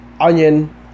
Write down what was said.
onion